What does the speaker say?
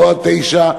לא עד 09:00,